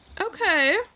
Okay